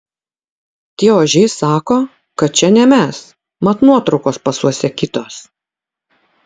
tie ožiai sako kad čia ne mes mat nuotraukos pasuose kitos